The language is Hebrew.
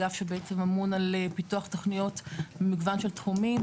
אגף שבעצם אמון על פיתוח תוכניות במגוון של תחומים,